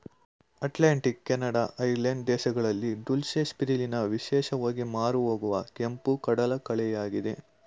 Atlantic, Canada, Ireland ದೇಶಗಳಲ್ಲಿ dulse, spirulina ವಿಶೇಷವಾಗಿ ಮಾರುಹೋಗುವ ಕೆಂಪು ಕಡಲಕಳೆಯಾಗಿದೆ